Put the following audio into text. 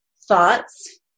thoughts